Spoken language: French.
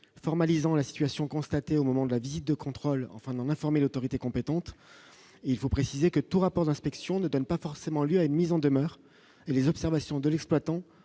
formalisant la situation constatée au moment de la visite de contrôle, enfin en informer l'autorité compétente, il faut préciser que tout rapport d'inspection ne donne pas forcément lieu à une mise en demeure et les observations de l'exploitant